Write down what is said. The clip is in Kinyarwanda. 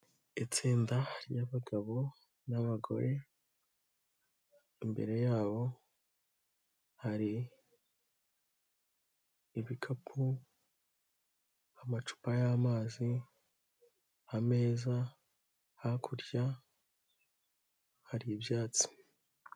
Itsinda ry'abagabo n'abagore, imbere yabo hari ibikapu, amacupa y'amazi ameza, hakurya hari ibyatsi.